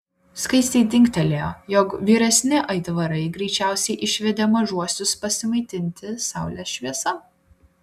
skaistei dingtelėjo jog vyresni aitvarai greičiausiai išvedė mažuosius pasimaitinti saulės šviesa